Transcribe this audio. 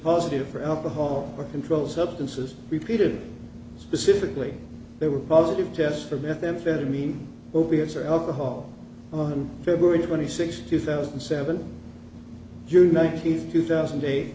positive for alcohol or controlled substances repeated specifically they were positive test for methamphetamine opiates or alcohol on february twenty sixth two thousand and seven june nineteenth two thousand da